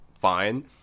fine